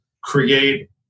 create